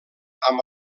amb